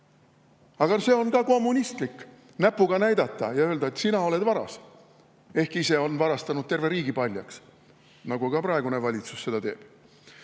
Aga see on ka kommunistlik, kui näpuga näidata ja öelda, et sina oled varas, ehkki ise on varastanud terve riigi paljaks, nagu praegune valitsus seda teeb.